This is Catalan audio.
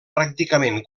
pràcticament